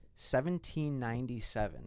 1797